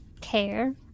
Care